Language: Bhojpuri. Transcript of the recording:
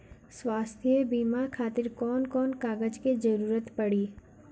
स्वास्थ्य बीमा खातिर कवन कवन कागज के जरुरत पड़ी?